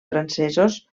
francesos